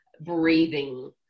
breathing